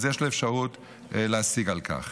יש לו אפשרות להשיג על כך.